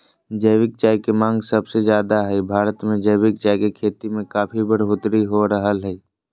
जैविक चाय के मांग सबसे ज्यादे हई, भारत मे जैविक चाय के खेती में काफी बढ़ोतरी हो रहल हई